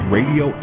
Radio